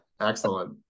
Excellent